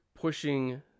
pushing